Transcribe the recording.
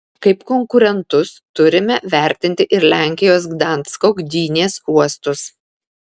kaip konkurentus turime vertinti ir lenkijos gdansko gdynės uostus